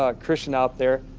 ah christian out there,